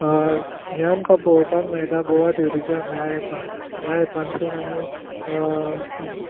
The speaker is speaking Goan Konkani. हें आमकां पळोवपाक मेळटा गोवा ट्युरीजम ह्या एपांत ह्या एपांतसून आमी